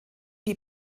die